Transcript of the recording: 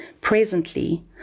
Presently